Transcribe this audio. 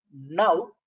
now